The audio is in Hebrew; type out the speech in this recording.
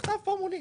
המכתב פה מולי.